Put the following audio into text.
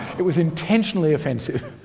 it was intentionally offensive